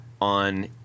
on